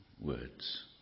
words